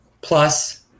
plus